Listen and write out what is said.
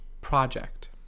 project